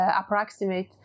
approximate